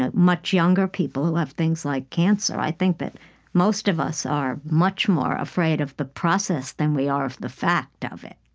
ah much younger people who have things like cancer, i think that most of us are much more afraid of the process than we are of the fact of it.